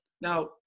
Now